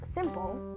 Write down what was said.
simple